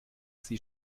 sie